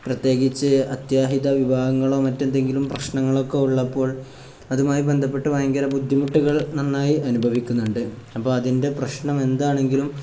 പ്രത്യേകിച്ച് അത്യാഹിത വിഭാഗങ്ങളോ മറ്റെന്തെങ്കിലും പ്രശ്നങ്ങളൊ ഒക്കെയുള്ളപ്പോൾ അതുമായി ബന്ധപ്പെട്ട് ഭയങ്കരം ബുദ്ധിമുട്ടുകൾ നന്നായി അനുഭവിക്കുന്നുണ്ട് അപ്പോള് അതിൻ്റെ പ്രശ്നം എന്താണെങ്കിലും